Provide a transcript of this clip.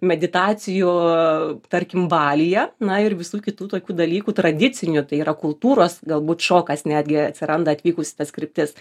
meditacijų tarkim balyje na ir visų kitų tokių dalykų tradicinių tai yra kultūros galbūt šokas netgi atsiranda atvykus į tas kryptis